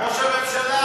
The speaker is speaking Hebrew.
ראש הממשלה.